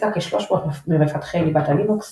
העסיקה כ־300 ממפתחי ליבת הלינוקס